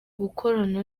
gukorana